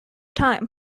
time